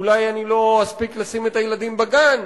אולי לא אספיק לשים את הילדים בגן,